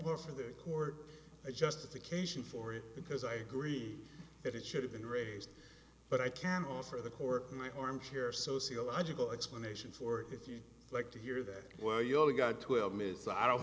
ask the court justification for it because i agree that it should have been raised but i can offer the court in my armchair sociological explanations or if you like to hear that well you only got twelve minutes i don't